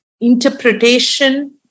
interpretation